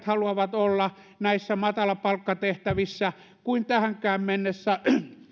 haluavat olla näissä matalapalkkatehtävissä kuin tähänkään mennessä